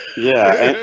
yeah